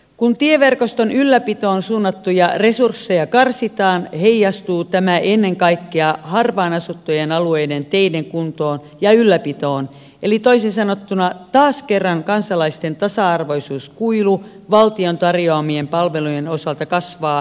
kun tieverkoston ylläpitoon suunnattuja resursseja karsitaan heijastuu tämä ennen kaikkea harvaan asuttujen alueiden teiden kuntoon ja ylläpitoon eli toisin sanottuna taas kerran kansalaisten tasa arvoisuuskuilu valtion tarjoamien palvelujen osalta kasvaa postinumeron perusteella